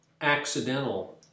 accidental